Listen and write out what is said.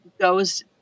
goes